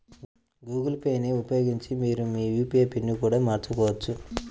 Google Pay ని ఉపయోగించి మీరు మీ యూ.పీ.ఐ పిన్ని కూడా మార్చుకోవచ్చు